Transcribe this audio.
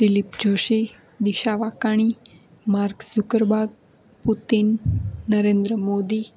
Dilip Joshi Disha Vakani Mark Zuckerberg Putin Narendra Modi